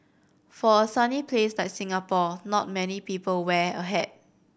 for a sunny place like Singapore not many people wear a hat